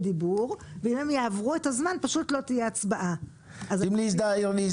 לגבי החלוקה הזאת של יישובים על טהרת הגזע,